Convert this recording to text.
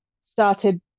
started